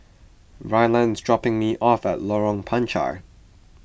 Ryland is dropping me off at Lorong Panchar